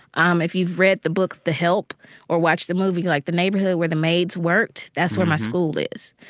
um if you've read the book the help or watched the movie, like, the neighborhood where the maids worked, that's where my school is.